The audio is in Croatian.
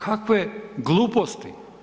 Kakve gluposti.